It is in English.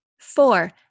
Four